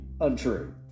untrue